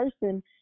person